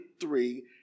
three